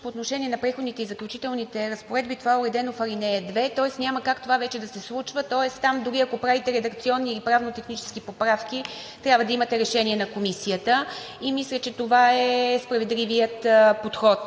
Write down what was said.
по отношение на Преходните и заключителните разпореди това е уредено в ал. 2, тоест няма как това вече да се случва. Тоест там дори ако правите редакционни или правно-технически поправки, трябва да имате решение на комисията и мисля, че това е справедливият подход.